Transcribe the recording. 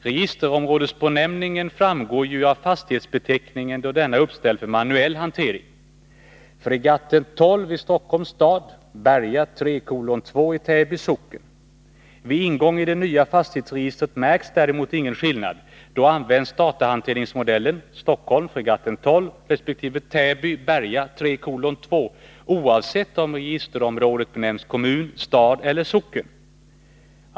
Registerområdesbenämningen framgår av fastighetsbeteckningen då denna är uppställd för manuell hantering: Fregatten 12 i Stockholms stad, Berga 3:2 i Täby socken. Vid ingång i det nya fastighetsregistret märks däremot ingen skillnad. Då används datahanteringsmodellen Stockholm Fregatten 12 resp. Täby Berga 3:2 oavsett om registerområdet benämns kommun, stad eller socken.